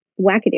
wackadoo